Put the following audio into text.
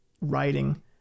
writing